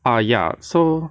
ah ya so